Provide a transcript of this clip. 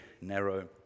narrow